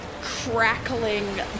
crackling